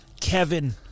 Kevin